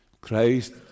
Christ